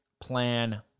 plan